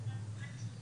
אז יש להם כרטיס Debit.